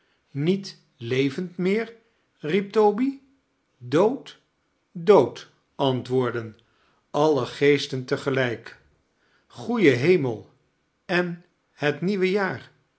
niet levend meer riep toby dood dood antwoordden alle geesten te gelijk goede hemel en het nieuwe jaar